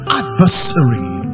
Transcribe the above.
adversary